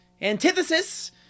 Antithesis